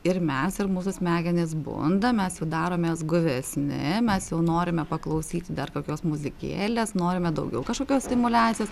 ir mes ir mūsų smegenys bunda mes daromės guvesni mes jau norime paklausyti dar kokios muzikėlės norime daugiau kažkokios tai stimuliacijos